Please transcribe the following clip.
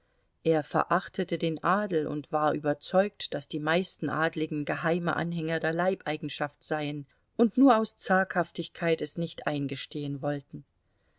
er verachtete den adel und war überzeugt daß die meisten adligen geheime anhänger der leibeigenschaft seien und nur aus zaghaftigkeit es nicht eingestehen wollten